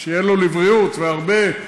שיהיה לו לבריאות והרבה,